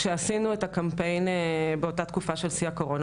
כשעשינו את הקמפיין באותה תקופה של שיא הקורונה,